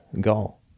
goal